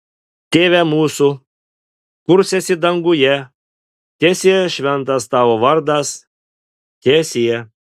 tėve mūsų kurs esi danguje teesie šventas tavo vardas teesie